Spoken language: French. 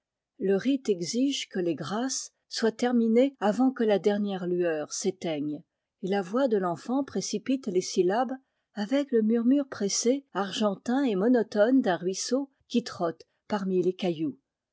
le rite exige que les grâces soient terminées avant que la dernière lueur s'éteigne et la voix de l'enfant précipite les syllables avec le murmure pressé argentin et monotone d'un ruisseau qui trotte parmi les cailloux